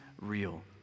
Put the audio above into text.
real